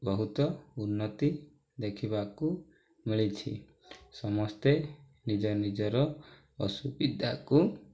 ବହୁତ ଉନ୍ନତି ଦେଖିବାକୁ ମିଳିଛି ସମସ୍ତେ ନିଜ ନିଜର ଅସୁବିଧାକୁ